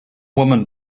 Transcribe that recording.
woman